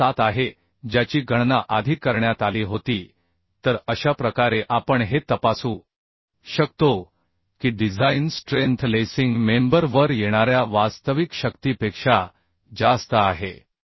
67 आहे ज्याची गणना आधी करण्यात आली होती तर अशा प्रकारे आपण हे तपासू शकतो की डिझाइन स्ट्रेंथ लेसिंग मेंबर वर येणाऱ्या वास्तविक शक्तीपेक्षा जास्त आहे